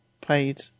Played